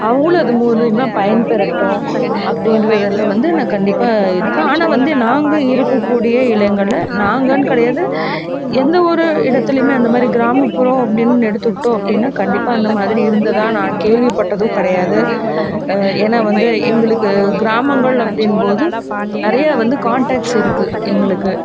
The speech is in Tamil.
அவங்களும் இது மூலயமா பயன்பெறட்டும் அப்படீன்றதுல வந்து நான் கண்டிப்பாக இருப்பேன் ஆனால் வந்து நாங்கள் இருக்கக்கூடிய இடங்களில் நாங்கனு கிடையாது எந்தவொரு இடத்திலையுமே அந்தமாதிரி கிராமப்புறம் அப்படீனு எடுத்துக்கிட்டோம் அப்படினா கண்டிப்பாக அந்தமாதிரி இருந்ததாக நான் கேள்விப்பட்டதும் கிடையாது ஏனால் வந்து எங்களுக்கு கிராமங்கள் அப்படிங்போது நிறையா வந்து கான்டக்ட்ஸ் இருக்குது எங்களுக்கு